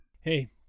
Hey